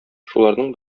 шуларның